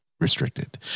Restricted